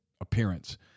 appearance